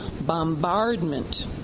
bombardment